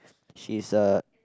she's a